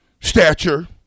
stature